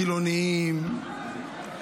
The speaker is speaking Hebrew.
חילונים,